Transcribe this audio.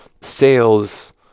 Sales